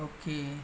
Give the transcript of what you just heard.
Okay